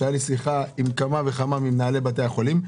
הייתה לי שיחה עם כמה וכמה מנהלי בתי חולים.